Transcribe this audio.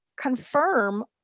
confirm